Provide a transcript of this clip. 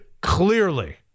clearly